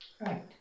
Right